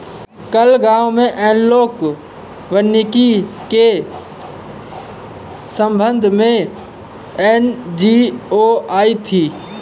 कल गांव में एनालॉग वानिकी के संबंध में एन.जी.ओ आई थी